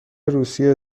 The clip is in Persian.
روسیه